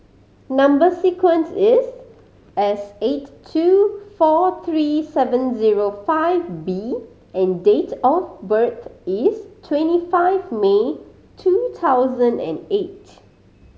number sequence is S eight two four three seven zero five B and date of birth is twenty five May two thousand and eight